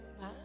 Bye